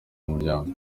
umuryango